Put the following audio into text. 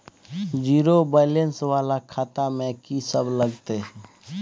Zero balance वाला खाता में की सब लगतै?